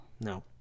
No